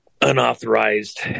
unauthorized